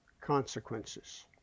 consequences